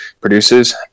produces